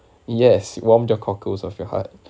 yes warm the cockles of your heart